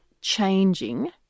changing